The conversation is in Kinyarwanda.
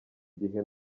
gihe